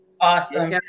awesome